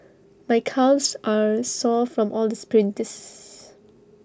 my calves are sore from all the sprints